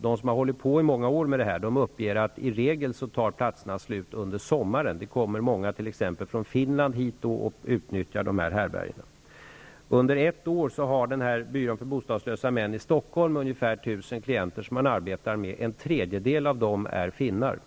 De som har hållit på med det här i många år uppger att platserna i regel tar slut under sommaren -- det kommer många hit, t.ex. från Finland, och utnyttjar härbergena. Under ett år arbetar byrån för bostadslösa män i Stockholm med ungefär 1 000 klienter -- en tredjedel av dem är finnar.